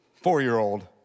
four-year-old